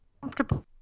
comfortable